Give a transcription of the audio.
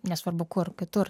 nesvarbu kur kitur